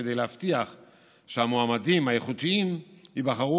כדי להבטיח שהמועמדים האיכותיים ייבחרו